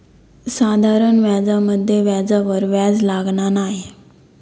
साधारण व्याजामध्ये व्याजावर व्याज लागना नाय